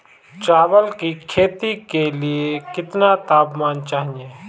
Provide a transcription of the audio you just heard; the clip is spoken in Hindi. चावल की खेती के लिए कितना तापमान चाहिए?